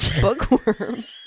Bookworms